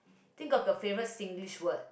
think of your favourite Singlish word